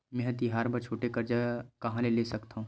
मेंहा तिहार बर छोटे कर्जा कहाँ ले सकथव?